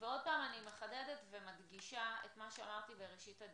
אני מחדדת שוב ומדגישה את מה שאמרתי בראשית הדיון.